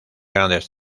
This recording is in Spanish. grandes